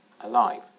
alive